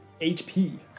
HP